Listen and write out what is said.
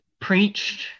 preached